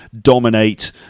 dominate